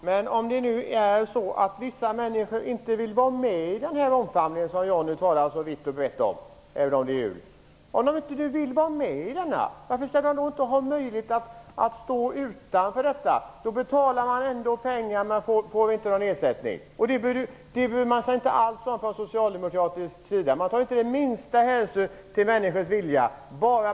Herr talman! Men om vissa människor inte vill omfattas av den omfamning som Johnny talar så vitt och brett om, varför skall de då inte ha möjlighet att stå utanför? De betalar pengar till arbetslöshetsförsäkringen utan att få någon ersättning. Det bryr man sig inte om på den socialdemokratiska sidan. Man tar inte minsta hänsyn till människors vilja.